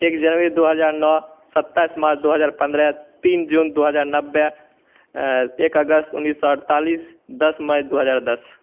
एक जनवरी दो हज़ार नौ सत्ताईस मार्च दो हज़ार पन्द्रह तीन जून दो हज़ार नब्बे एक अगस्त उन्नीस सौ अड़तालीस दस मई दो हज़ार दस